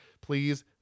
please